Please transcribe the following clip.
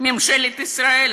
ממשלת ישראל,